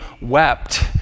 wept